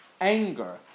Anger